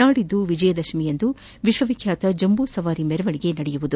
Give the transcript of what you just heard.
ನಾಡಿದ್ದು ವಿಜಯದಶಮಿಯಂದು ವಿಶ್ವ ವಿಖ್ಯಾತ ಜಂಬೂ ಸವಾರಿ ಮೆರವಣಿಗೆ ನಡೆಯಲಿದೆ